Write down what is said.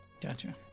gotcha